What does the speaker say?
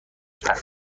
کرد